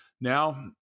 Now